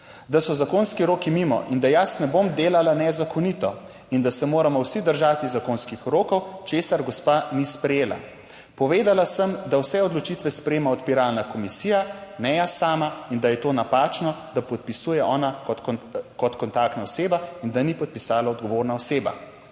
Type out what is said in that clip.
"…da so zakonski roki mimo in da jaz ne bom delala nezakonito. In da se moramo vsi držati zakonskih rokov, česar gospa ni sprejela. Povedala sem, da vse odločitve sprejema odpiralna komisija, ne jaz sama, in da je to napačno, da podpisuje ona kot kontaktna oseba in da ni podpisala odgovorna oseba."